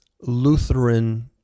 lutheran